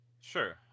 Sure